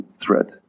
threat